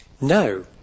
No